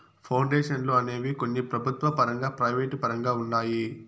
పౌండేషన్లు అనేవి కొన్ని ప్రభుత్వ పరంగా ప్రైవేటు పరంగా ఉన్నాయి